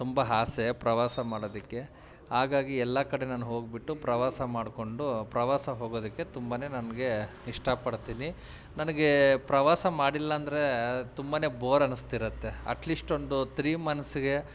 ತುಂಬ ಆಸೆ ಪ್ರವಾಸ ಮಾಡೋದಕ್ಕೆ ಹಾಗಾಗಿ ಎಲ್ಲ ಕಡೆ ನಾನು ಹೋಗಿಬಿಟ್ಟು ಪ್ರವಾಸ ಮಾಡಿಕೊಂಡು ಪ್ರವಾಸ ಹೋಗೋದಕ್ಕೆ ತುಂಬಾ ನನಗೆ ಇಷ್ಟಪಡ್ತೀನಿ ನನಗೆ ಪ್ರವಾಸ ಮಾಡಿಲ್ಲ ಅಂದರೆ ತುಂಬಾ ಬೋರ್ ಅನಿಸ್ತಿರತ್ತೆ ಅಟ್ ಲೀಶ್ಟ್ ಒಂದು ತ್ರೀ ಮಂಥ್ಸಿಗೆ